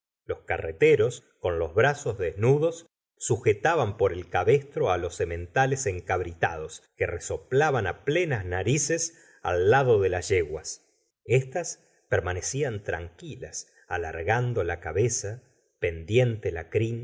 los carreteros con los brazos desnudos sujetaban por el cabestro á los sementales encabritados que resoplaban plenas narices al lado de las yeguas éstas permanecían tranquilas alargando la cabeza pendiente la crin